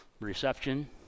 reception